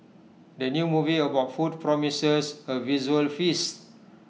the new movie about food promises A visual feast